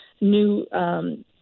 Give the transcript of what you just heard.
new